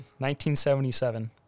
1977